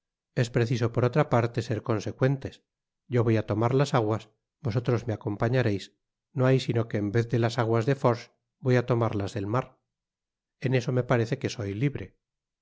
es preciso por otra parte ser consecuentes yo voy á tomar las aguas vosotros me acompañareis no hay sino que en vez de las aguas de forges voy á tomar las de mar en eso me parece que soy libre